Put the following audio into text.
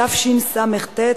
התשס"ט,